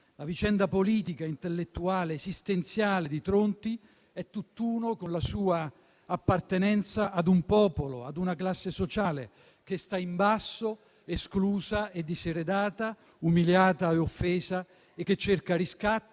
La vicenda politica, intellettuale ed esistenziale di Tronti è tutt'uno con la sua appartenenza ad un popolo, ad una classe sociale che sta in basso, esclusa e diseredata, umiliata e offesa e che cerca riscatto